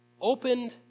opened